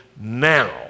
now